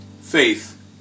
Faith